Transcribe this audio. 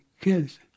kids